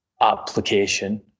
application